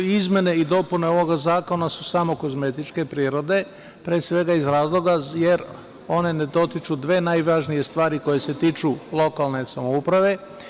Izmene i dopune ovog zakona su samo kozmetičke prirode, pre svega iz razloga jer one ne dotiču dve najvažnije stvari koje se tiču lokalne samouprave.